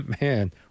man